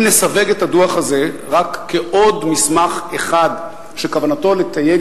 אם נסווג את הדוח הזה רק כעוד מסמך אחד שכוונתו לתייג